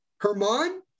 Herman